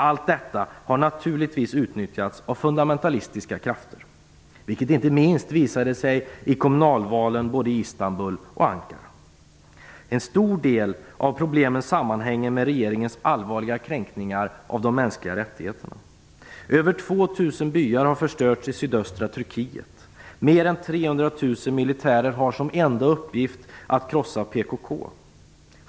Allt detta har naturligtvis utnyttjats av fundamentalistiska krafter, vilket inte minst visade sig i kommunalvalen både i En stor del av problemen sammanhänger med regeringens allvarliga kränkningar av de mänskliga rättigheterna. Över 2 000 byar har förstörts i sydöstra Turkiet. Mer än 300 000 militärer har som enda uppgift att krossa PKK.